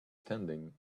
standing